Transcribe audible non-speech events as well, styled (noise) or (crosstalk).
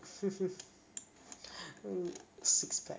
(laughs) six pack